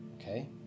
Okay